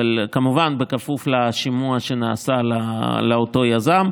אבל כמובן בכפוף לשימוע שנעשה לאותו יזם.